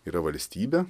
yra valstybė